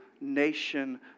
nation